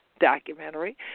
documentary